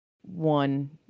one